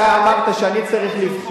אתה רוצה שאני אענה לך?